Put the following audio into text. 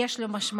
יש לו משמעות.